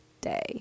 day